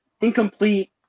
incomplete